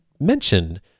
mention